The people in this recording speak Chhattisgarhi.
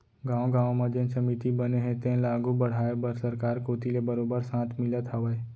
गाँव गाँव म जेन समिति बने हे तेन ल आघू बड़हाय बर सरकार कोती ले बरोबर साथ मिलत हावय